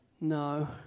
No